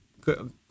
good